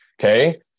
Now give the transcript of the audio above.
Okay